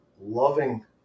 Loving